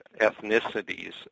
ethnicities